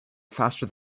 faster